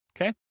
Okay